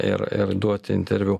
ir ir duoti interviu